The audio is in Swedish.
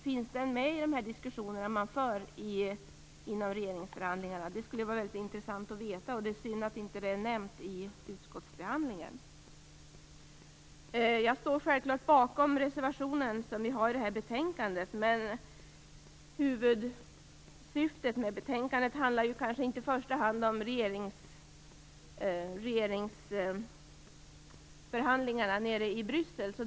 Finns den med i de diskussioner som förs inom regeringsförhandlingarna? Det skulle vara intressant att veta. Det är synd att den inte är nämnd i utskottsbehandlingen. Jag står självklart bakom vår reservation som är fogad till betänkandet. Men huvudsyftet med betänkandet handlar inte i första hand om regeringsförhandlingarna i Bryssel.